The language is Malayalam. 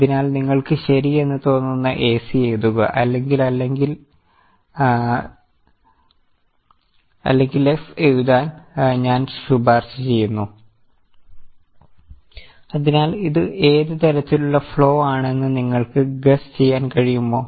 അതിനാൽ നിങ്ങൾക്ക് ശരി എന്ന് തോന്നുന്ന AC എഴുതുക അല്ലെങ്കിൽ F എഴുതാൻ ഞാൻ ശുപാർശ ചെയ്യുന്നു അതിനാൽ ഇത് ഏത് തരത്തിലുള്ള ഫ്ലോ ആണെന്ന് നിങ്ങൾക്ക് ഗസ്സ് ചെയ്യാൻ കഴിയുമോ